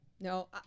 no